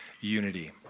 unity